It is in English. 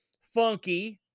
funky